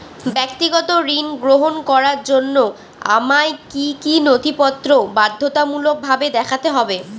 ব্যক্তিগত ঋণ গ্রহণ করার জন্য আমায় কি কী নথিপত্র বাধ্যতামূলকভাবে দেখাতে হবে?